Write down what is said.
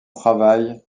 travail